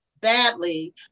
badly